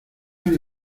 una